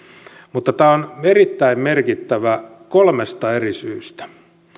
mutta tämä on erittäin merkittävä kolmesta eri syystä